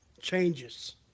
changes